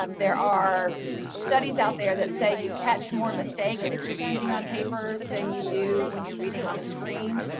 um there are studies out there that say you catch more mistakes if you're reading on paper than you do when you're reading on a screen.